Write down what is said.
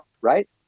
right